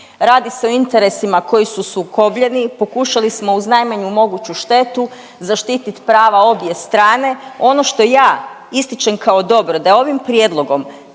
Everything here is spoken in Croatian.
Radi se o interesima koji su sukobljeni i pokušali smo uz najmanju moguću štetu zaštiti prava obje strane. Ono što ja ističem kao dobro da je ovim prijedlogom